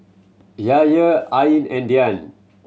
Yahaya Ain and Dian